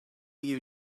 you